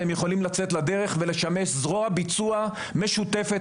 והם יכולים לצאת לדרך ולשמש זרוע ביצוע משותפת.